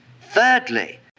thirdly